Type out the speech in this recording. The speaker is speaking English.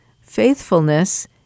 faithfulness